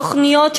תוכניות,